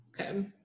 Okay